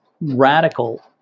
radical